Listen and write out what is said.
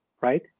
Right